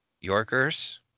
Yorkers